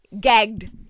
Gagged